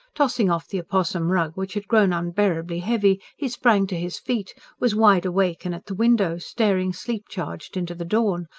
tossing off the opossum-rug, which had grown unbearably heavy, he sprang to his feet was wide awake and at the window, staring sleep-charged into the dawn,